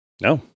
No